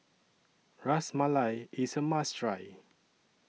Ras Malai IS A must Try